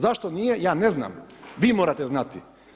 Zašto nije ja ne znam, vi morate znati.